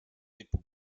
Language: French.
époux